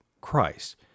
Christ